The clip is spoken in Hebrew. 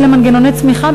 אלה מנגנוני צמיחה,